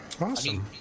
Awesome